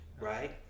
Right